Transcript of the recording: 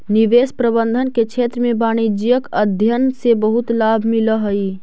निवेश प्रबंधन के क्षेत्र में वाणिज्यिक अध्ययन से बहुत लाभ मिलऽ हई